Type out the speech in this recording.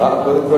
קודם כול,